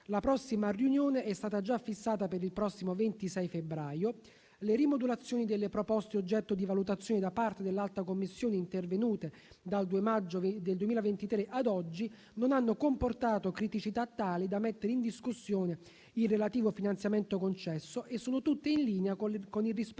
La prossima riunione è stata già fissata per il prossimo 26 febbraio. Le rimodulazioni delle proposte oggetto di valutazione da parte dell'alta commissione intervenute dal 2 maggio 2023 ad oggi non hanno comportato criticità tali da mettere in discussione il relativo finanziamento concesso e sono tutte in linea con il rispetto